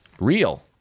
real